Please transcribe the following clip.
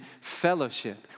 fellowship